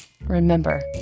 remember